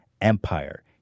Empire